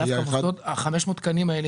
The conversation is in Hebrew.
500 התקנים הללו,